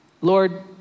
Lord